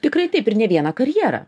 tikrai taip ir ne vieną karjerą